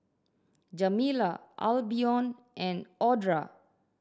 Jamila Albion and Audra